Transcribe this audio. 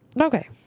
Okay